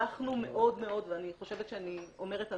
אנחנו מאוד מאוד ואני חושבת שאני אומרת "אנחנו",